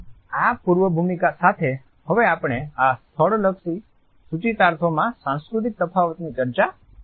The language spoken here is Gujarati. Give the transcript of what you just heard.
આ પૂર્વભૂમિકા સાથે હવે આપણે આ સ્થળલક્ષી સૂચિતાર્થોમાં સાંસ્કૃતિક તફાવત ની ચર્ચા કરીશું